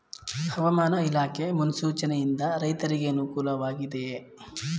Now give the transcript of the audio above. ಹವಾಮಾನ ಇಲಾಖೆ ಮುನ್ಸೂಚನೆ ಯಿಂದ ರೈತರಿಗೆ ಅನುಕೂಲ ವಾಗಿದೆಯೇ?